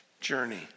journey